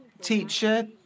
teacher